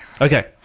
Okay